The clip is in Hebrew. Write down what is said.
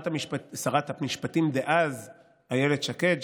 שרת המשפטים דאז אילת שקד,